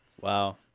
wow